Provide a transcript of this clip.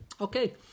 Okay